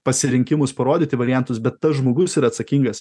pasirinkimus parodyti variantus bet tas žmogus yra atsakingas